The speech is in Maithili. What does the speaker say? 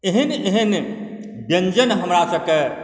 एहन एहन व्यञ्जन हमरासभकेँ